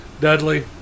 Dudley